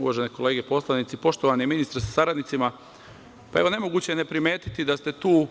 Uvažene kolege poslanici, poštovani ministre sa saradnicima, nemoguće je ne primetiti da ste tu